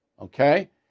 Okay